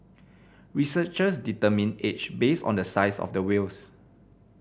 researchers determine age based on the size of the whales